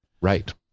Right